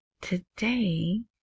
today